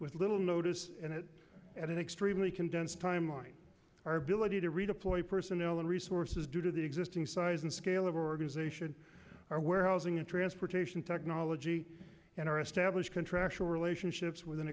with little notice and it at an extremely condensed timeline our ability to redeploy personnel and resources due to the existing size and scale of organization our warehousing and transportation technology and our established contractual relationships with an